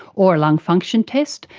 or a lung function test,